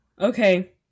okay